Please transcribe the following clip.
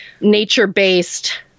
nature-based